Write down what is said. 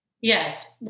Yes